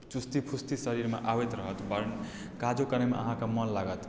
चुस्ती फुर्ति शरीरमे आबैत रहत बड काजो करयमे अहाँकेँ मोन लागत